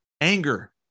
anger